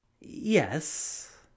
Yes